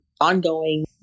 ongoing